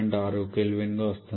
6 K గా వస్తుంది